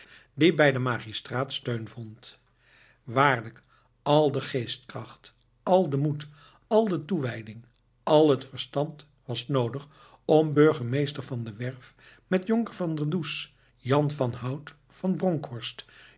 die bij den magistraat steun vond waarlijk al de geestkracht al de moed al de toewijding al het verstand was noodig om burgemeester van der werff met jonker van der does jan van hout van bronkhorst